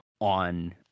on